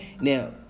Now